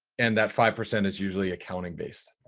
and that five percent is usually accounting based.